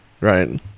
Right